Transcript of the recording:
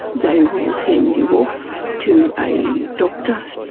they will send you off to a doctor or